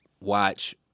watch